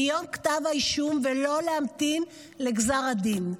מיום כתב האישום, ולא להמתין לגזר הדין.